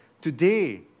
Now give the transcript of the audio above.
Today